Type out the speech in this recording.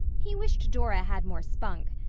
he wished dora had more spunk.